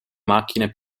macchine